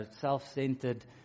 self-centered